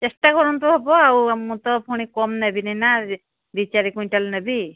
ଚେଷ୍ଟା କରନ୍ତୁ ହେବ ଆଉ ମୁଁ ତ ପୁଣି କମ୍ ନେବିନି ନା ଦୁଇ ଚାରି କୁଇଣ୍ଟାଲ ନେବି